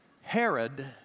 Herod